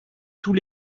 tous